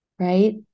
Right